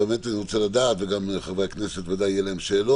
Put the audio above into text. אני שמח שזה השתפר אבל עדיין צריך לראות שאנשים לא נופלים בין הכיסאות